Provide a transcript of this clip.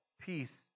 peace